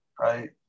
right